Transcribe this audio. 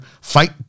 fight